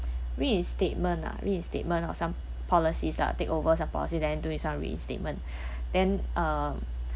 reinstatement ah reinstatement or some policies ah takeovers and policy than do in some reinstatement then um